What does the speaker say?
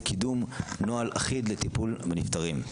קידום נוהל אחיד לטיפול בנפטרים.